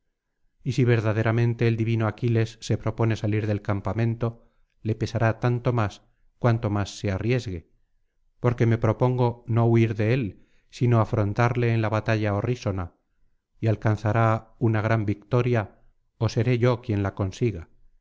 y si verdaderamente el divino aquiles se propone salir del campamento le pesará tanto más cuanto más se arriesgue porque me propongo no huir de él sino afrontarle en la batalla horrísona y alcanzará una gran victoria ó seré yo quien la consiga